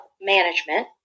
management